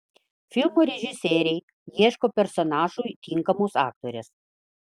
filmo režisieriai ieško personažui tinkamos aktorės